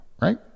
right